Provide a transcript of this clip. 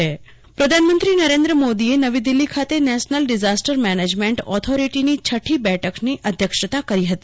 શાહ પ્રધાનમંત્રી નરેન્દ્ર મોદીએ નવી દિલ્હી ખાતે નેશનલ ડિઝાસ્ટેશ્વ મેનેજનેન્ટ ઓલોદીટીની છઠ્ઠી બેઠકની અધ્યજ્ઞતા કરી હતી